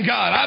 God